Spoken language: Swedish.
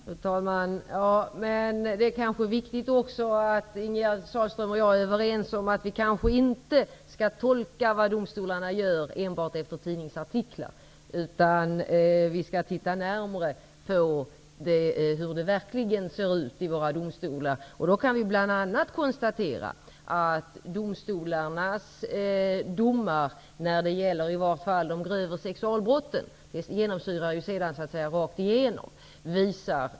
Fru talman! Det är också viktigt att Ingegerd Sahlström och jag är överens om att vi inte skall tolka vad domstolarna gör enbart efter tidningsartiklar, utan att vi skall titta närmare på hur det verkligen ser ut i våra domstolar. Då kan vi bl.a. konstatera att domstolarnas domar när det gäller de grövre sexualbrotten visar en allt strängare syn från domstolarnas sida.